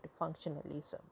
functionalism